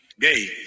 gay